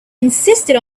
insisted